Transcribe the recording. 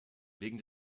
wegen